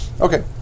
Okay